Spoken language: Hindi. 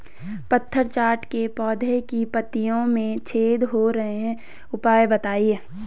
पत्थर चट्टा के पौधें की पत्तियों में छेद हो रहे हैं उपाय बताएं?